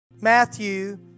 Matthew